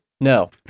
No